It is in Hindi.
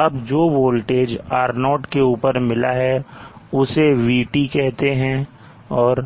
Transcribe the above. अब जो वोल्टेज R0 के ऊपर मिला है उसे VT कहते हैं और